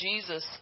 Jesus